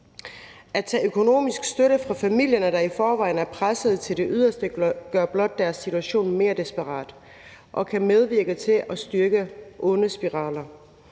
At tage økonomisk støtte fra familierne, der i forvejen er presset til det yderste, gør blot deres situation mere desperat og kan medvirke til at styrke onde spiraler.